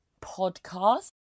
podcast